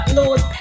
Lord